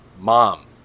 Mom